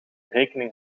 rekening